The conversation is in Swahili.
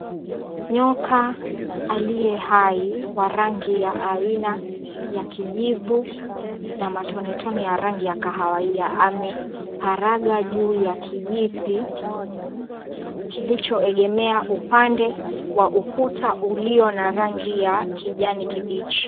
Nyoka aliye hai wa rangi ya aina ya kijivu na matonetone ya rangi ya kahawia, ameparaga juu ya kijiti kilichoegemea upande wa ukuta ulio na rangi ya kijani kibichi.